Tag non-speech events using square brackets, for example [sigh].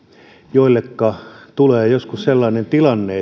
joilleka tulee joskus sellainen tilanne [unintelligible]